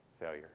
failure